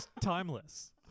timeless